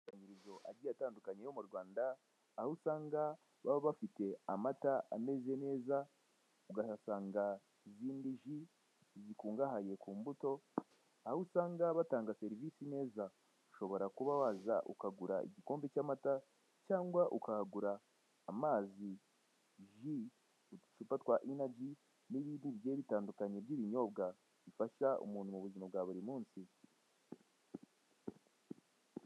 Ku amakusanyirizo agiye atandukanye yo mu Rwanda, aho usanga baba bafite amata ameze neza, ukahasanga izindi ji zikungahaye ku imbuto, aho usanga batanga serivisi neza. Ushobora kuba waza ukahagura igikombe cy'amata, cyangwa ukahagura amazi, ji, uducupa twa ineriji n'ibindi bigiye bitandukanye by'ibinyobwa, bifasha umuntu mu buzima bwa buri munsi.